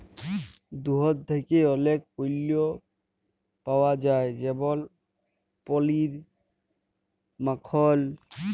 দুহুদ থ্যাকে অলেক পল্য পাউয়া যায় যেমল পলির, মাখল